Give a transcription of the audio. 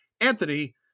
Anthony